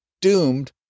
doomed